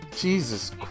Jesus